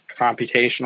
computational